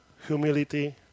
humility